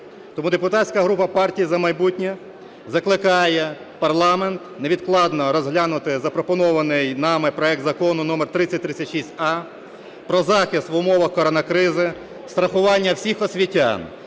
Тому депутатська група "Партії "За майбутнє" закликає парламент невідкладно розглянути запропонований нами проект Закону номер 3036а про захист в умовах корона-кризи, страхування всіх освітян,